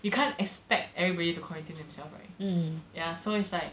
you can't expect everybody to quarantine themselves right ya so it's like